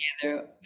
together